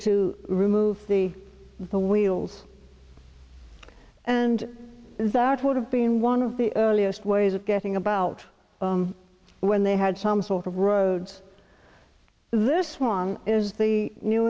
to remove the the wheels and that would have been one of the earliest ways of getting about when they had some sort of roads this one is the new